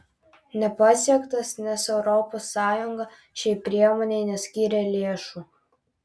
nepasiektas nes europos sąjunga šiai priemonei neskyrė lėšų